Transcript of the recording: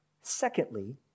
Secondly